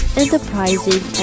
enterprising